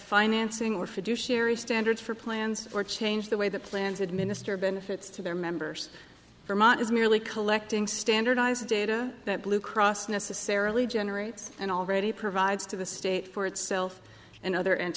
financing or fiduciary standards for plans or change the way the plans administer benefits to their members vermont is merely collecting standardized data that blue cross necessarily generates and already provides to the state for itself and other and